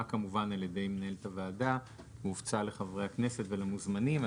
כמובן על ידי מנהלת הוועדה והופצה לחברי הכנסת ולמוזמנים.